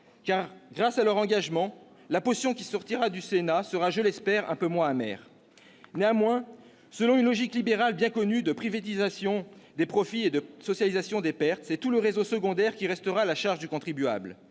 Grâce à leur engagement, la potion qui sortira du Sénat sera, je l'espère, un peu moins amère. Néanmoins, selon une logique libérale bien connue de privatisation des profits et de socialisation des pertes, c'est tout le réseau secondaire qui restera à la charge du contribuable.